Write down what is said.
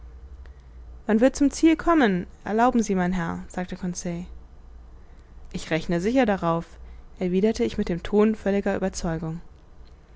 man wird zum ziel kommen erlauben sie mein herr sagte ich rechne sicher darauf erwiderte ich mit dem ton völliger ueberzeugung